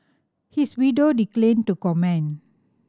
his widow declined to comment